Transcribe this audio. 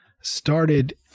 started